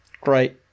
great